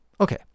Okay